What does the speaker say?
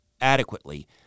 adequately